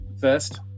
first